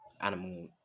animal